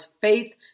faith